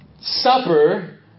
supper